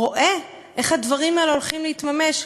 רואה איך הדברים האלה הולכים להתממש,